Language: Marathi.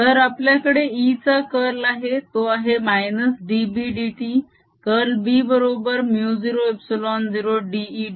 तर आपल्याकडे E चा कर्ल आहे तो आहे -dB dt कर्ल B बरोबर μ0ε0 dE dt